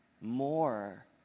more